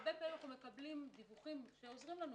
הרבה פעמים אנחנו מקבלים דיווחים שעוזרים לנו,